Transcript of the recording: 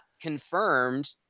confirmed